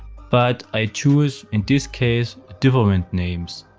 but i choose, in this case, different names.